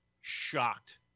shocked